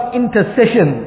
intercession